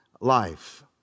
life